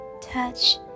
touch